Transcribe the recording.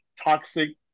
toxic